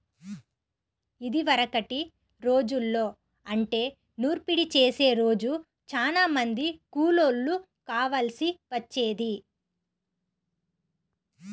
ఇదివరకటి రోజుల్లో అంటే నూర్పిడి చేసే రోజు చానా మంది కూలోళ్ళు కావాల్సి వచ్చేది